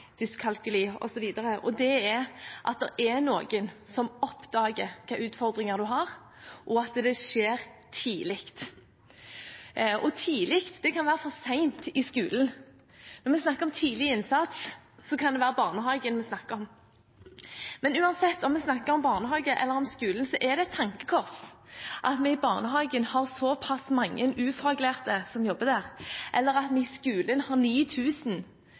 utfordringer en har, og at det skjer tidlig. Og tidlig – det kan være for sent i skolen. Når vi snakker om tidlig innsats, kan det være barnehagen vi snakker om. Men uansett om vi snakker om barnehagen eller skolen, er det et tankekors at vi i barnehagen har så pass mange ufaglærte i jobb, eller at vi i skolen har